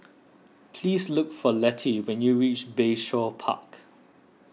please look for Lettie when you reach Bayshore Park